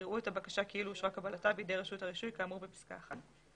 יראו את הבקשה כאילו אושרה קבלתה בידי רשות הרישוי כאמור בפסקה (1).